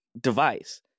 device